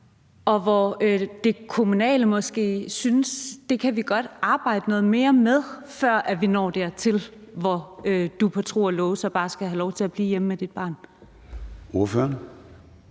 det, at det kommunale system måske synes, at det kan man godt arbejde noget mere med, før man når dertil, hvor man på tro og love så bare skal have lov til at blive hjemme med sit barn? Kl.